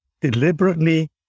deliberately